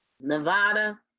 Nevada